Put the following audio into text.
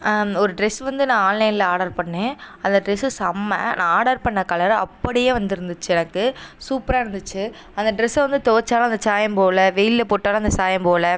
ஒரு ட்ரெஸ் வந்து நான் ஆன்லைனில் ஆடர் பண்ணிணேன் அந்த ட்ரெஸ்ஸு செம்மை நான் ஆடர் பண்ண கலர் அப்படியே வந்துருந்துச்சு எனக்கு சூப்பராக இருந்துச்சு அந்த ட்ரெஸ்ஸை வந்து துவைச்சாலும் அந்த சாயம் போகல வெயிலில் போட்டாலும் அந்த சாயம் போகல